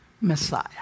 Messiah